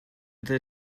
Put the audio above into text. their